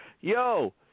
Yo